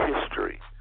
history